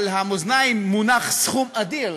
על המאזניים מונח סכום אדיר,